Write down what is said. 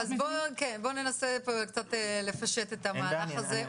בוא ננסה לפשט קצת את המהלך הזה.